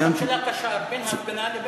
ציינתי, ראש הממשלה קשר בין ההפגנה לבין ההודעה.